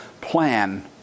plan